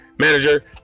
manager